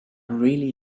really